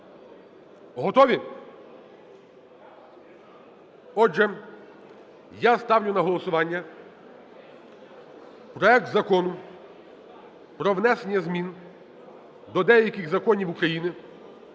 Готові? Отже, я ставлю на голосування проект Закону про внесення змін до деяких Законів України